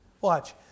Watch